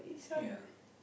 ya